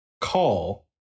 call